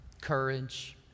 courage